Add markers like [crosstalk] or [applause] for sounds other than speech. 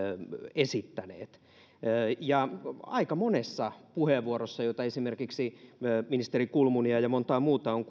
esittäneet ja aika monessa puheenvuorossa joita esimerkiksi ministeri kulmunilta ja monelta muulta on [unintelligible]